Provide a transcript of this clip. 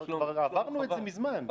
עברנו את זה מזמן.